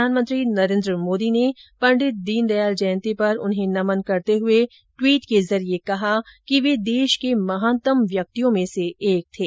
प्रधानमंत्री नरेन्द्र मोदी ने पंडित दीनदयाल जयंति पर उन्हें नमन करते हुए ट्वीट के जरिये कहा कि वे देश के महानतम व्यक्तियों में से एक थे